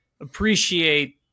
appreciate